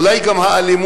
אולי גם האלימות,